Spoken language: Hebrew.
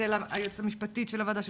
ותמי סלע היועצת המשפטית של הוועדה,